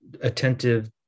attentive